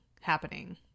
happening